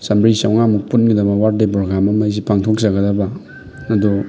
ꯆꯥꯝꯃꯔꯤ ꯆꯝꯉꯥꯃꯨꯛ ꯄꯨꯟꯒꯗꯕ ꯕꯥꯔꯠꯗꯦ ꯄ꯭ꯔꯣꯒꯥꯝ ꯑꯃ ꯑꯩꯁꯦ ꯄꯥꯡꯊꯣꯛꯆꯒꯗꯕ ꯑꯗꯣ